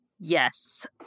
Yes